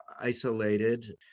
isolated